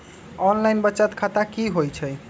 Online बचत खाता की होई छई?